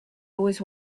always